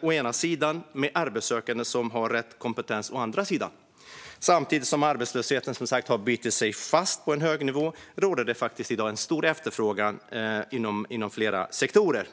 å ena sidan med arbetssökande som har rätt kompetens å andra sidan. Arbetslösheten har bitit sig fast på en hög nivå samtidigt som det i dag råder stor efterfrågan på arbetskraft inom flera sektorer.